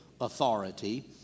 authority